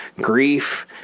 grief